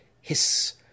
hiss